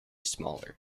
smaller